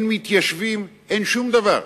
אין מתיישבים, אין שום דבר.